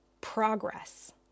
progress